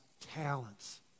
talents